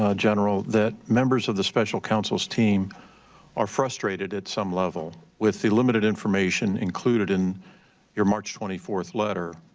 ah general, that members of the special counsel's team are frustrated at some level with the limited information included in your march twenty four letter,